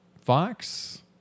Fox